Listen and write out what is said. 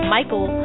Michael